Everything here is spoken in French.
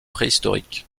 préhistoriques